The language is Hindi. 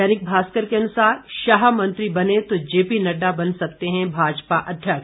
दैनिक भास्कर के अनुसार शाह मंत्री बने तो जेपी नड्डा बन सकते हैं भाजपा अध्यक्ष